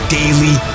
daily